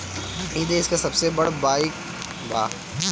ई देस के सबसे बड़ बईक बा